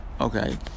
Okay